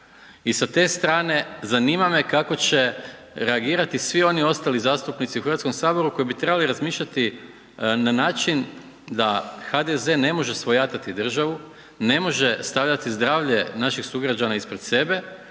I sa te strane, zanima me kako će reagirati svi oni ostali zastupnici u HS-u koji bi trebali razmišljati na način da HDZ ne može svojatati državu, ne može stavljati zdravlje naših sugrađana ispred sebe.